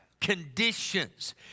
conditions